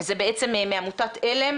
זה את עמותת עלם,